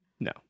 No